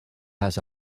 has